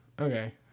Okay